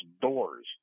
doors